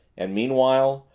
and meanwhile,